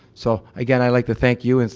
so again i'd like to thank you, and